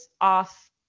off